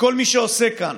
מכל מי שעושה כאן.